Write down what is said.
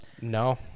no